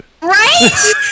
Right